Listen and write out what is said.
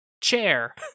chair